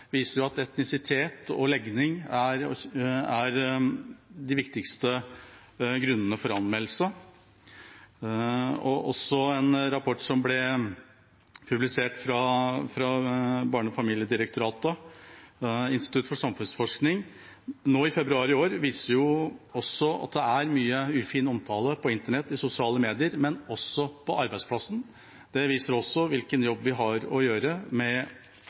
viser at etnisitet og legning er de viktigste grunnene til anmeldelse. En rapport som ble publisert av Barne-, ungdoms- og familiedirektoratet og Institutt for samfunnsforskning i februar i år, viser også at det er mye ufin omtale på internett og i sosiale medier, men også på arbeidsplassen. Det viser også hvilken jobb vi har å gjøre med